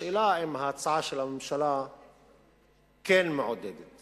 השאלה היא אם ההצעה של הממשלה כן מעודדת